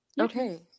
okay